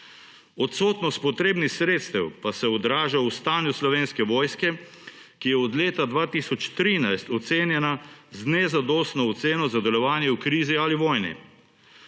Odsotnost potrebnih sredstev pa se odraža v stanju Slovenske vojske, ki je od leta 2013 ocenjena z nezadostno oceno za delovanje v krizi ali vojni.